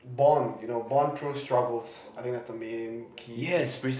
born you know born through struggles I think that's the main key thing